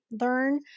learn